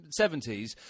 70s